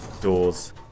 Doors